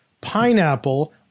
pineapple